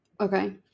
okay